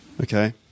Okay